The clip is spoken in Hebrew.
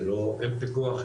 אין פיקוח,